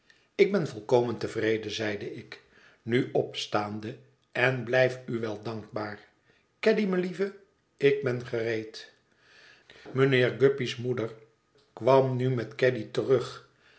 ik ben volkomen tevreden zeide ik nu opstaande en blijf u wel dankbaar caddy melieve ik ben gereed mijnheer guppy's moeder kwam nu met caddy terug